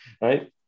Right